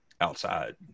outside